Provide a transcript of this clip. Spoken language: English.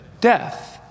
Death